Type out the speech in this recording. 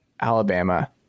Alabama